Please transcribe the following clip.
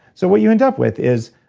so what you end up with is,